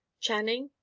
channing,